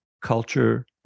culture